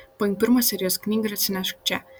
paimk pirmą serijos knygą ir atsinešk čia